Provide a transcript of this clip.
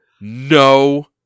no